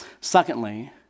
Secondly